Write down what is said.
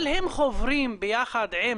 אבל הם חוברים ביחד עם